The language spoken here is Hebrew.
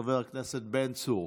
חבר הכנסת בן צור,